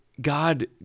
God